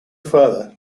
further